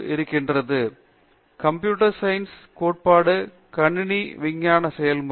பேராசிரியர் பிரதாப் ஹரிதாஸ் ஆமாம் computer science கோட்பாட்டு கணினி விஞ்ஞான செயல்முறை